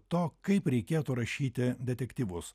to kaip reikėtų rašyti detektyvus